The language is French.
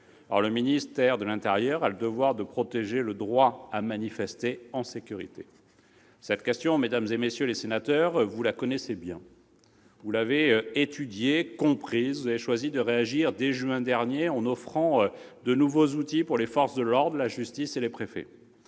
le ministère de l'intérieur a le devoir de protéger le droit à manifester en sécurité. Mesdames, messieurs les sénateurs, cette question, vous la connaissez bien. Vous l'avez étudiée, comprise. Vous avez choisi de réagir dès juin dernier en offrant de nouveaux outils aux forces de l'ordre, à la justice et aux préfets.